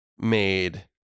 made